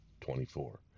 twenty-four